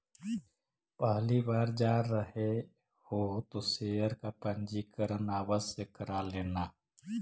पहली बार जा रहे हो तो शेयर का पंजीकरण आवश्य करा लेना